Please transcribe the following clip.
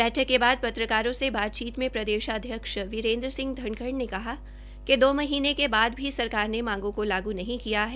बैठक के बाद पत्रकारों से बातचीत में प्रदेशाध्यक्ष वीरेन्द्र सिंह धनखड़ ने कहा कि दो महीनें के बाद भी सरकार ने मांगो को लागू नहीं किया है